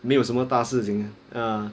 没有什么大事情啊